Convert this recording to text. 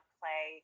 play